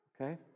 okay